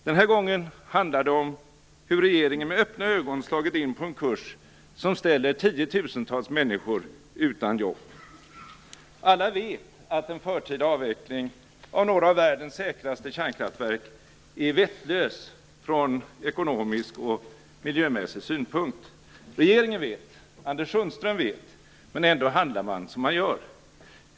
Den här gången handlar det om hur regeringen med öppna ögon slagit in på en kurs som ställer tiotusentals människor utan jobb. Alla vet att en förtida avveckling av några av världens säkraste kärnkraftverk är vettlös från ekonomisk och miljömässig synpunkt. Regeringen vet, Anders Sundström vet - men ändå handlar man som man gör.